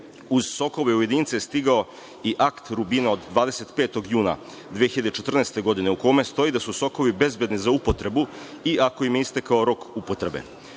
Uz sokove, u jedinice je stigao i akt „Rubina“ od 25. juna 2014. godine u kome stoji da su sokovi bezbedni za upotrebu iako im je istekao rok upotrebe.